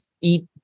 eat